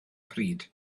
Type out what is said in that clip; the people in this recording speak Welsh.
pryd